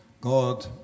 God